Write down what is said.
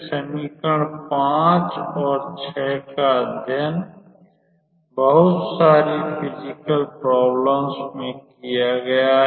समीकरण और का अध्ययन बहुत सारी फिजिकल प्रॉब्लेम्स में किया गया है